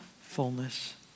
fullness